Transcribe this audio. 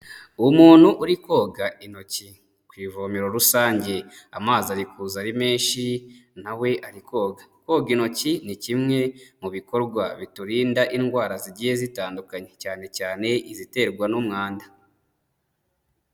Umuntu uri koga intoki ku ivomero rusange, amazi ari kuza ari menshi na we ari koga, koga intoki ni kimwe mu bikorwa biturinda indwara zigiye zitandukanye, cyane cyane iziterwa n'umwanda.